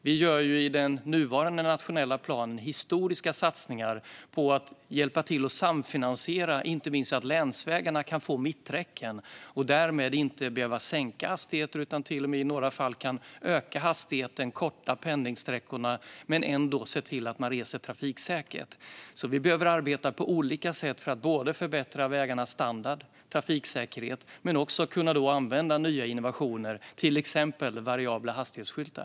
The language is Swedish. Vi gör i den nuvarande nationella planen historiska satsningar på att hjälpa till att samfinansiera inte minst så att länsvägarna kan få mitträcken. Därmed skulle vi inte behöva sänka hastigheten utan till och med i några fall kunna öka hastigheten och korta pendlingssträckorna men ändå se till att man reser trafiksäkert. Vi behöver alltså arbeta på olika sätt för att förbättra vägarnas standard och trafiksäkerheten men också för att kunna använda nya innovationer, till exempel variabla hastighetsskyltar.